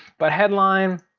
but headline,